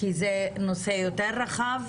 כי זה נושא יותר רחב.